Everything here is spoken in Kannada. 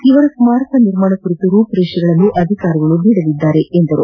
ಇವರ ಸ್ನಾರಕ ನಿರ್ಮಾಣ ಕುರಿತು ರೂಪುರೇಷೆಗಳನ್ನು ಅಧಿಕಾರಿಗಳು ನೀಡಲಿದ್ದಾರೆ ಎಂದರು